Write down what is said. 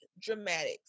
dramatics